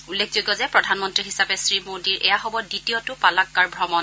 উল্লেখযোগ্য যে প্ৰধানমন্ত্ৰী হিচাপে শ্ৰীমোডীৰ এয়া হ'ব দ্বিতীয়টো পালাক্কাৰ ভ্ৰমণ